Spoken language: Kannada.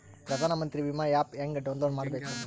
ಪ್ರಧಾನಮಂತ್ರಿ ವಿಮಾ ಆ್ಯಪ್ ಹೆಂಗ ಡೌನ್ಲೋಡ್ ಮಾಡಬೇಕು?